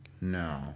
No